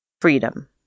Freedom